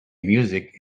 music